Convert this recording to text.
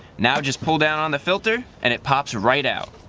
now just pull down on the filter and it pops right out.